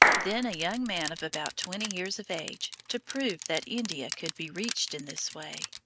then a young man of about twenty years of age, to prove that india could be reached in this way.